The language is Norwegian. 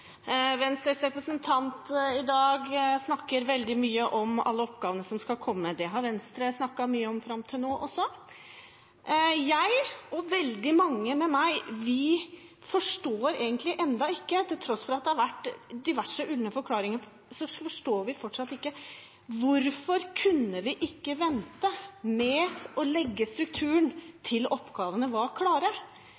Venstres representant i dag snakker veldig mye om alle oppgavene som skal komme. Det har Venstre snakket mye om fram til nå også. Jeg og veldig mange med meg forstår egentlig ennå ikke, til tross for at det har vært diverse ulne forklaringer, hvorfor vi ikke kunne vente med å legge strukturen